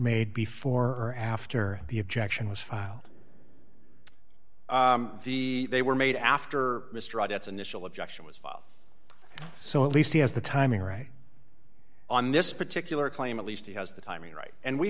made before or after the objection was filed the they were made after mr odets initial objection was file so at least he has the timing right on this particular claim at least he has the timing right and we